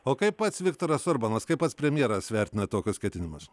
o kaip pats viktoras orbanas kaip pats premjeras vertina tokius ketinimus